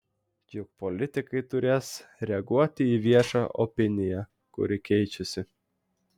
juk politikai turės reaguoti į viešą opiniją kuri keičiasi